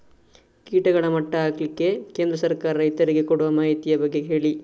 ಕೀಟಗಳ ಮಟ್ಟ ಹಾಕ್ಲಿಕ್ಕೆ ಕೇಂದ್ರ ಸರ್ಕಾರ ರೈತರಿಗೆ ಕೊಡುವ ಮಾಹಿತಿಯ ಬಗ್ಗೆ ಹೇಳಿ